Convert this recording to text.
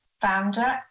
founder